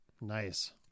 nice